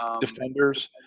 defenders